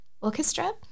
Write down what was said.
orchestra